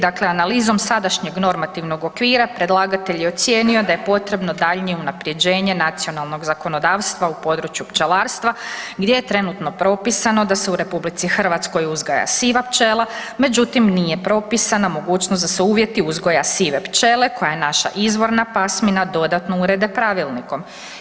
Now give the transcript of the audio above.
Dakle, analizom sadašnjeg normativnog okvira predlagatelj je ocijenio da je potrebno daljnje unapređenje nacionalnog zakonodavstva u području pčelarstva gdje je trenutno propisano da se u RH uzgaja siva pčela, međutim nije propisana mogućnost da se uvjeti uzgoja sive pčele koja je naša izvorna pasmina dodatno urede pravilnikom.